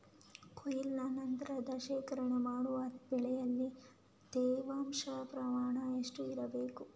ಕೊಯ್ಲಿನ ನಂತರ ಶೇಖರಣೆ ಮಾಡುವಾಗ ಬೆಳೆಯಲ್ಲಿ ತೇವಾಂಶದ ಪ್ರಮಾಣ ಎಷ್ಟು ಇರಬೇಕು?